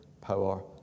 power